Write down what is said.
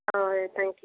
ah thank you